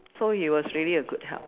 so he was really a good help